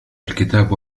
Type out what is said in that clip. الكتاب